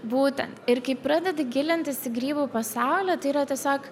būtent ir kai pradedi gilintis į grybų pasaulį tai yra tiesiog